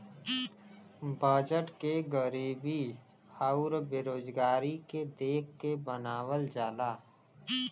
budget के गरीबी आउर बेरोजगारी के देख के बनावल जाला